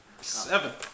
Seven